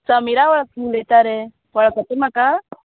समिरा वळ उलयतां रे वळखता म्हाका